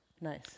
Nice